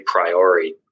priori